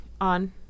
on